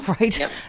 right